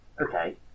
Okay